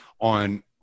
on